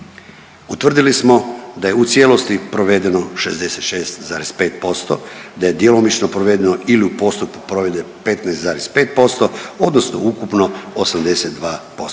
Utvrdili smo da je u cijelosti provedeno 66,5%, da je djelomično provedeno ili u postotku provedeno 15,5% odnosno ukupno 82%